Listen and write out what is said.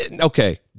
Okay